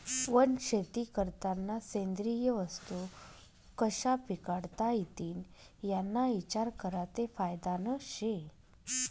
वनशेती करतांना सेंद्रिय वस्तू कशा पिकाडता इतीन याना इचार करा ते फायदानं शे